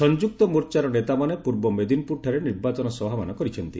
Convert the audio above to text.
ସଂଯୁକ୍ତ ମୋର୍ଚ୍ଚାର ନେତାମାନେ ପୂର୍ବ ମେଦିନୀପୁର ଠାରେ ନିର୍ବାଚନ ସଭାମାନ କରିଛନ୍ତି